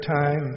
time